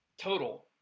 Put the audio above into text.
total